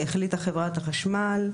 החליטה חב' החשמל להתייעל.